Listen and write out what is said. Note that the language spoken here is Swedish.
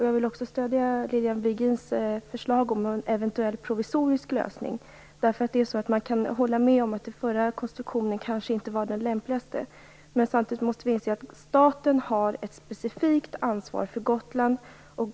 Jag vill också stödja Lilian Virgins förslag om en provisorisk lösning, eftersom man kan hålla med om att den förra konstruktionen inte var den lämpligaste. Samtidigt måste vi inse att staten har ett specifikt ansvar för Gotland.